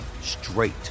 straight